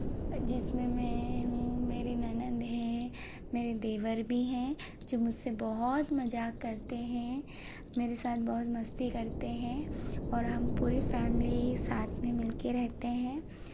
जिसमें मैं हूँ मेरी ननद है मेरे देवर भी हैं जो मुझसे बहुत मजाक करते हैं मेरे साथ बहुत मस्ती करते हैं और हम पूरी फेमली ही साथ में मिलके रहते हैं